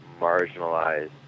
marginalized